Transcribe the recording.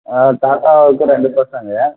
ஆ தாத்தாவுக்கு ரெண்டு பசங்க